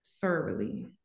thoroughly